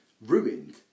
ruined